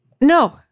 No